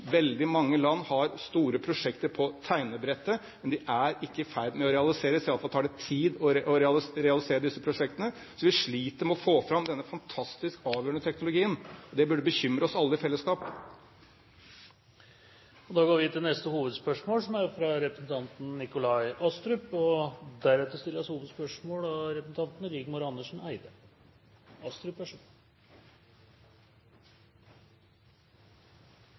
Veldig mange land har store prosjekter på tegnebrettet, men de er ikke i ferd med å realiseres – i hvert fall tar det tid å realisere disse prosjektene. Vi sliter med å få fram denne fantastisk avgjørende teknologien. Det burde bekymre oss alle i fellesskap. Vi går til neste hovedspørsmål. Mitt spørsmål går – overraskende nok – til statsråd Erik Solheim, og